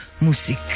Music